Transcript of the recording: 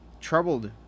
troubled